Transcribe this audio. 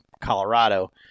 Colorado